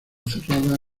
cerrada